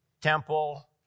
temple